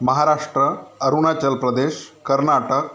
Maharashtra Arunachal Pradesh Karnataka